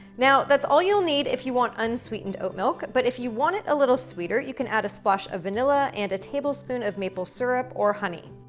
now that's all you'll need if you want unsweetened oat milk, but if you want it a little sweeter, you can add a splash of vanilla and a table spoon of maple syrup or honey.